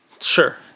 Sure